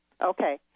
okay